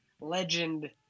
legend